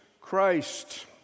Christ